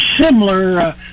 similar